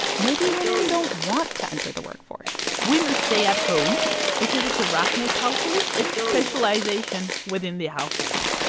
maybe women don't want to enter the workforce women stay at home because it's a rational calculus. it's specialization within the household.